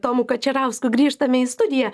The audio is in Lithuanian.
tomu kačerausku grįžtame į studiją